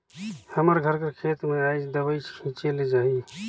हमर घर कर खेत में आएज दवई छींचे ले जाही